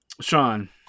Sean